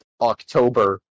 October